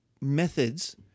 Methods